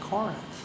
Corinth